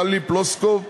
טלי פלוסקוב,